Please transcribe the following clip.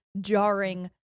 jarring